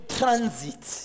transit